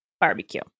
Barbecue